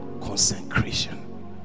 Consecration